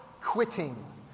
quitting